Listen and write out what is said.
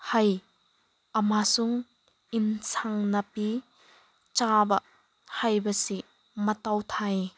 ꯍꯩ ꯑꯃꯁꯨꯡ ꯑꯦꯟꯁꯥꯡ ꯅꯥꯄꯤ ꯆꯥꯕ ꯍꯥꯏꯕꯁꯤ ꯃꯊꯧ ꯇꯥꯏ